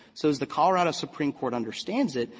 so as the colorado supreme court understands it,